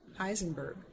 Heisenberg